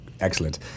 Excellent